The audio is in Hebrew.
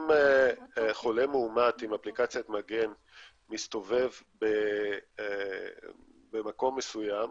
אם חולה מאומת עם אפליקציית מגן מסתובב במקום מסוים,